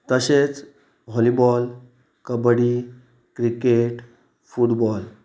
तशेंच volleyball kabaddi cricket football